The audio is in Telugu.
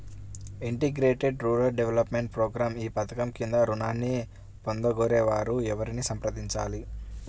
ఇంటిగ్రేటెడ్ రూరల్ డెవలప్మెంట్ ప్రోగ్రాం ఈ పధకం క్రింద ఋణాన్ని పొందగోరే వారు ఎవరిని సంప్రదించాలి?